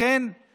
אבו עמר,